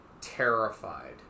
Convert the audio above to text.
terrified